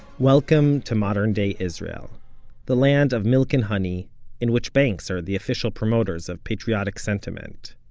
welcome to modern-day israel the land of milk and honey in which banks are the official promoters of patriotic sentiment.